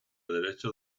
derecho